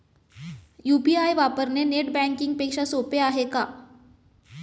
UPI वापरणे net banking पेक्षा सोपे आहे का?